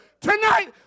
Tonight